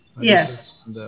Yes